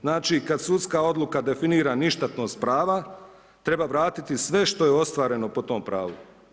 Znači kad sudska odluka definira ništetnost prava, treba vratiti sve što je ostvareno po tom pravu.